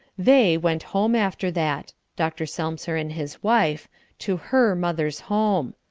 they went home after that dr. selmser and his wife to her mother's home.